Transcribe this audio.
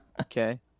Okay